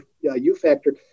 U-factor